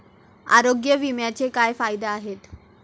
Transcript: आरोग्य विम्याचे काय फायदे आहेत?